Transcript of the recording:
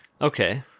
Okay